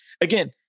Again